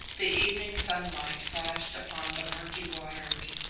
the evening sunlight flashed upon the murky waters,